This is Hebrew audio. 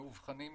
מובחנים יותר.